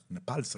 את נפאל סגרו.